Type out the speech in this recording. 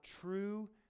true